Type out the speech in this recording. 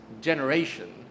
generation